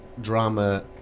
drama